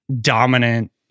dominant